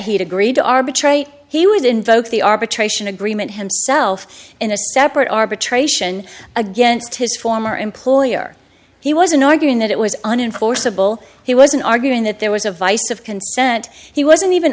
he'd agreed to arbitrate he would invoke the arbitration agreement himself in a separate arbitration against his former employer he wasn't arguing that it was an in for civil he wasn't arguing that there was a vice of consent he wasn't even